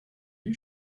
you